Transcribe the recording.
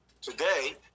Today